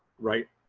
right?